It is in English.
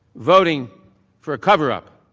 voting for a cover up,